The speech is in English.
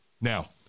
Now